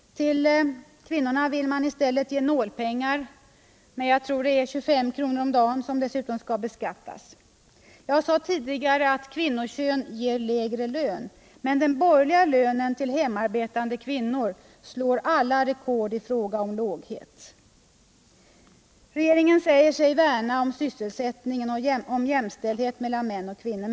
Till kvinnorna vill man i stället ge nålpengar — jag tror det är 25 kr. om dagen — som dessutom skall beskattas. Jag sade tidigare att kvinnokön ger lägre lön, men den borgerliga lönen till hemarbetande kvinnor slår alla rekord i fråga om låghet. Regeringen säger sig värna om sysselsättningen och om jämställdheten mellan män och kvinnor.